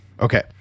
Okay